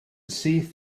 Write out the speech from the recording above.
syth